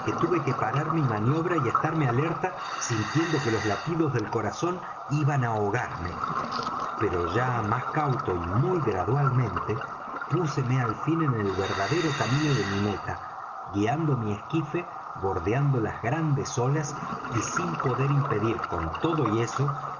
tuve que parar mi maniobra y estarme alerta sintiendo que los latidos del corazón iban á ahogarme pero ya más cauto y muy gradualmente púseme al fin en el verdadero camino de mi meta guiando mi esquife bordeando las grandes olas y sin poder impedir con todo y eso